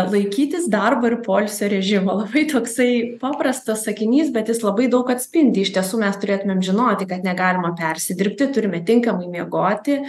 laikytis darbo ir poilsio režimo labai toksai paprastas sakinys bet jis labai daug atspindi iš tiesų mes turėtumėm žinoti kad negalima persidirbti turime tinkamai miegoti